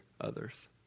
others